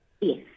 Yes